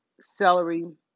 celery